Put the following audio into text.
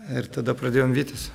ir tada pradėjom vytis